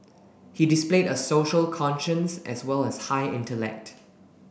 he displayed a social conscience as well as high intellect